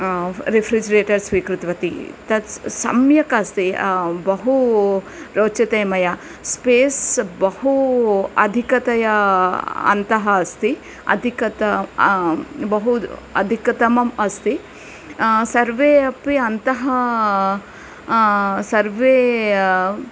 refrigerator स्वीकृतवती तत् सम्यक् अस्ति बहु रोचते मया स्पेस् बहु अधिकतया अन्तः अस्ति अधिकत बहु अधिकतमम् अस्ति सर्वम् अपि अन्तः सर्वम्